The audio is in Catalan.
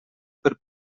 per